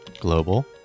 Global